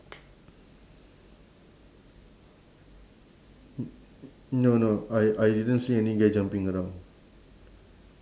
no no I I didn't see any guy jumping around